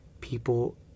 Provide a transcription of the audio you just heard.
people